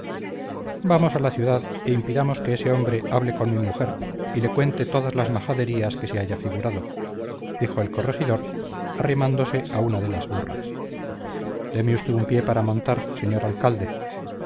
vamos a la ciudad e impidamos que ese hombre hable con mi mujer y le cuente todas las majaderías que se haya figurado dijo el corregidor arrimándose a una de las burras déme usted un pie para montar señor alcalde